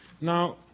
Now